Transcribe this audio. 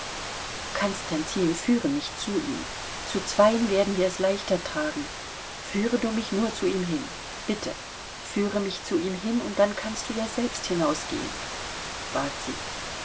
konstantin führe mich zu ihm zu zweien werden wir es leichter tragen führe du mich nur zu ihm hin bitte führe mich zu ihm hin und dann kannst du ja selbst hinausgehen bat sie